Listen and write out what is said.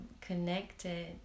connected